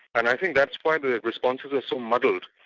and i think that's why the responses are so muddled.